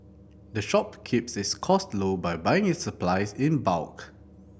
the shop keeps its costs low by buying its supplies in bulk